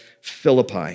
Philippi